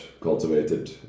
cultivated